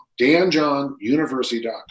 danjohnuniversity.com